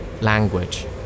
language